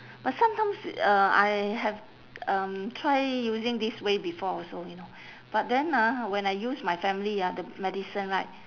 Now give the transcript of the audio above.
but sometimes uh I have um try using this way before also you know but then ah when I use my family ah the medicine right